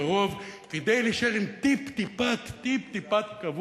הקרוב כדי להישאר עם טיפ-טיפת כבוד